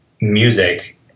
music